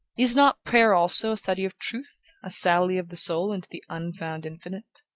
is not prayer also a study of truth a sally of the soul into the unfound infinite?